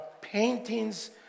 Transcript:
paintings